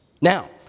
Now